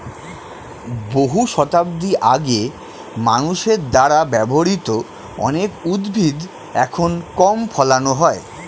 বহু শতাব্দী আগে মানুষের দ্বারা ব্যবহৃত অনেক উদ্ভিদ এখন কম ফলানো হয়